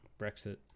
brexit